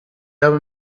habe